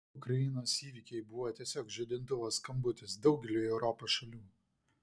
ukrainos įvykiai buvo tiesiog žadintuvo skambutis daugeliui europos šalių